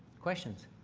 questions?